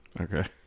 Okay